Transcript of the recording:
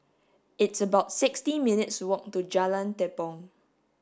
it's about sixty minutes' walk to Jalan Tepong